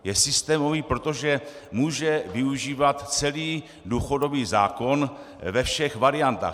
Je systémový, protože může využívat celý důchodový zákon ve všech variantách.